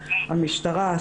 המשטרה,